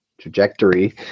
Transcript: trajectory